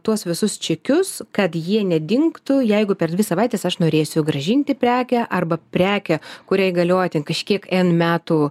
tuos visus čekius kad jie nedingtų jeigu per dvi savaites aš norėsiu grąžinti prekę arba prekę kuriai galioja ten kažkiek n metų